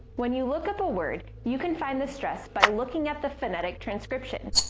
when you look up a word, you can find the stress by looking at the phonetic transcription.